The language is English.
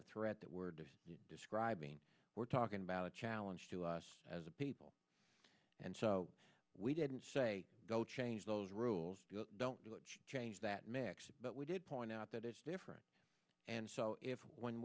of threat that we're describing we're talking about a challenge to us as a people and so we didn't say don't change those rules don't change that mix but we did point out that it's different and so when